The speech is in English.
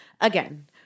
again